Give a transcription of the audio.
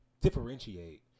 differentiate